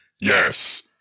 Yes